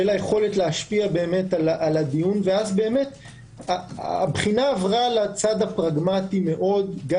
של הזכות להשפיע על הדיון ואז הבחינה עברה לצד הפרגמטי מאוד גם